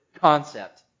concept